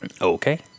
Okay